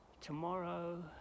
tomorrow